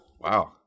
Wow